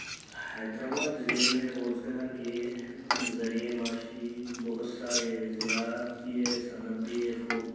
حیدرآباد ضلعے میں روزگار کے ذریعۂ معاشی بہت سارے زراعت بھی ہے صنعت بھی ہے خود